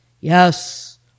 Yes